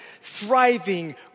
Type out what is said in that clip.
thriving